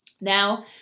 Now